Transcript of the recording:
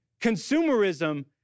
Consumerism